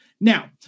Now